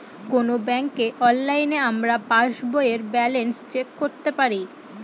কোনো ব্যাঙ্কে অনলাইনে আমরা পাস বইয়ের ব্যালান্স চেক করতে পারি